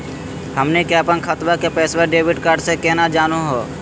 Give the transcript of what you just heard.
हमनी के अपन खतवा के पैसवा डेबिट कार्ड से केना जानहु हो?